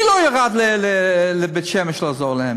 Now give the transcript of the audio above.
מי לא ירד לבית-שמש לעזור להם?